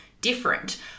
different –